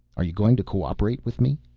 are you going to co-operate with me?